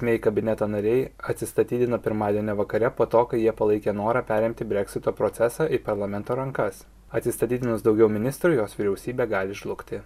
mei kabineto nariai atsistatydino pirmadienį vakare po to kai jie palaikė norą perimti breksito procesą į parlamento rankas atsistatydinus daugiau ministrų jos vyriausybė gali žlugti